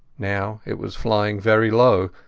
now it was flying very low,